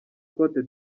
cote